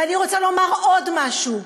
ואני רוצה לומר עוד משהו: